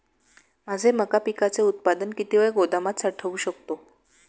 माझे मका पिकाचे उत्पादन किती वेळ गोदामात साठवू शकतो?